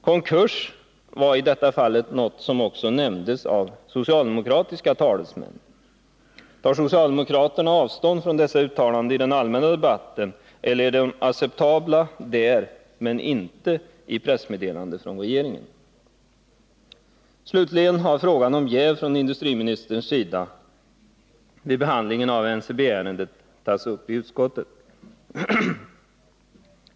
Konkurs var i detta fall något som också nämndes av socialdemokratiska talesmän. Tar socialdemokraterna avstånd från dessa uttalanden i den allmänna debatten, eller är sådana uttalanden acceptabla där men inte i ett pressmeddelande från regeringen? Slutligen har frågan om jäv från industriministerns sida vid behandlingen av NCB-ärendet tagits upp i utskottet.